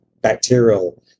bacterial